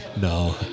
No